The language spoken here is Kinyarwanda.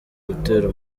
gutera